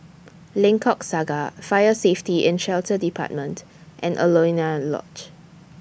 Lengkok Saga Fire Safety and Shelter department and Alaunia Lodge